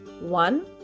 one